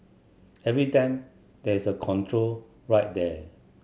every time there is a control right there